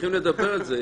צריכים לדבר על זה,